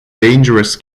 dangerous